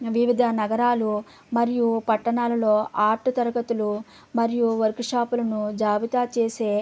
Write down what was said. వివిధ నగరాలు మరియు పట్టణాలలో ఆర్టు తరగతులు మరియు వర్క్షాపులను జాబితా చేసే